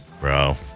Bro